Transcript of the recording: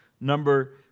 number